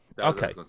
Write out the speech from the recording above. Okay